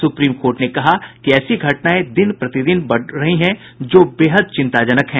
supreme court ने कहा कि कि ऐसी घटनाएं दिन प्रतिदिन बढ़ रही हैं जो बेहद चिंताजनक है